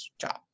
job